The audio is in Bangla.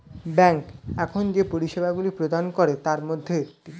ব্যাংক এখন যে পরিষেবাগুলি প্রদান করে তার মধ্যে একটি